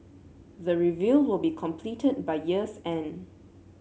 the review will be completed by year's end